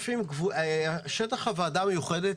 שטח הוועדה המיוחדת,